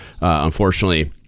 unfortunately